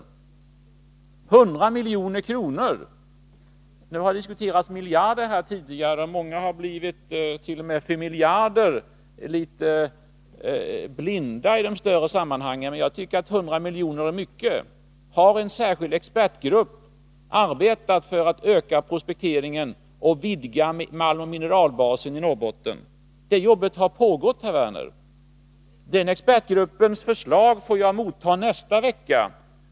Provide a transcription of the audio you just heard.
Det gäller 100 milj.kr. Det har diskuterats om miljarder tidigare, och många hart.o.m. för miljarder blivit litet blinda i de större sammanhangen, men jag tycker att 100 milj.kr. är mycket. Här har en särskild expertgrupp arbetat för att öka prospekteringen och vidga malmoch mineralbasen i Norrbotten. Det jobbet har pågått, herr Werner. Den expertgruppens förslag får jag motta nästa vecka.